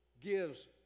gives